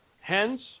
Hence